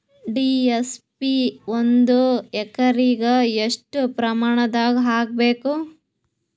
DAP ಒಂದು ಎಕರಿಗ ಎಷ್ಟ ಪ್ರಮಾಣದಾಗ ಹಾಕಬೇಕು?